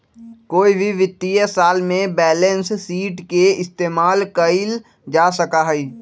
कोई भी वित्तीय साल में बैलेंस शीट के इस्तेमाल कइल जा सका हई